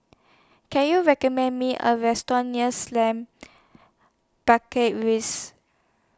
Can YOU recommend Me A Restaurant near Slim Barracks Rise